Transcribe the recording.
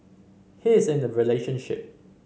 he is in a relationship